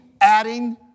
adding